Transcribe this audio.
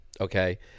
okay